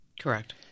Correct